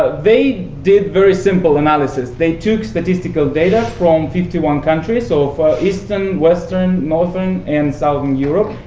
ah they did very simple analysis. they took statistical data from fifty one countries so from eastern, western, northern, and southern europe,